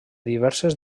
diverses